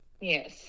Yes